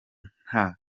nta